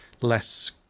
less